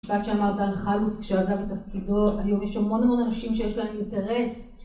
המשפט שאמר על החלוץ, כשעזב את תפקידו, היום יש המון המון אנשים שיש להם אינטרס